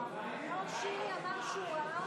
שירי אמר שהוא ראה